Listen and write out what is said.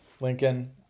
lincoln